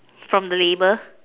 from the label